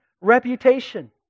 reputation